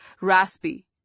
raspy